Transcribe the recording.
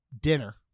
dinner